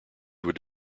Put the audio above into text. would